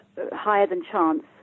higher-than-chance